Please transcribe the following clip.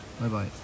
Bye-bye